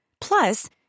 Plus